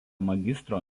magistro